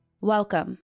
Welcome